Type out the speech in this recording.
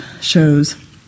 shows